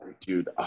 dude